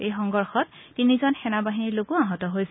এই সংঘৰ্ষত তিনিজন সেনা বাহিনীৰ লোকো আহত হৈছে